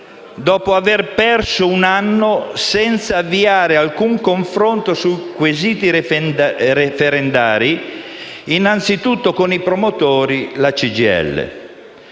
dopo aver perso un anno senza avviare alcun confronto sui quesiti referendari innanzitutto con i promotori (la CGIL).